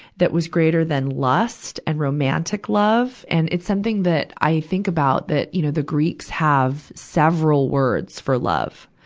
that was greater than lust and romantic love. and it's something that i think about that, you know, the greeks have several words for love.